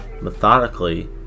methodically